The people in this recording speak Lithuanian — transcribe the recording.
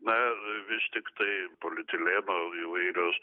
na ir vis tiktai polietileno įvairios